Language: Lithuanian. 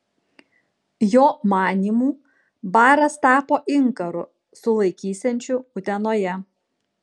jo manymu baras tapo inkaru sulaikysiančiu utenoje